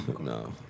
no